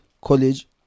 College